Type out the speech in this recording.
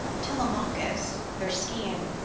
telemachus, their scion,